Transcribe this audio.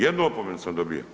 Jednu opomenu sam dobija.